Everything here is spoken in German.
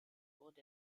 wurde